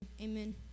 amen